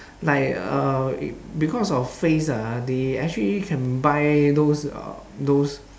like uh because of face ah they actually can buy those uh those